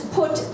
put